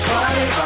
Party